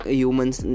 humans